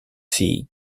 fille